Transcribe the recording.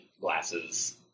glasses